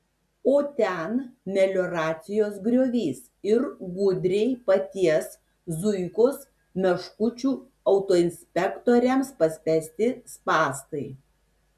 o ten melioracijos griovys ir gudriai paties zuikos meškučių autoinspektoriams paspęsti spąstai